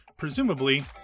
presumably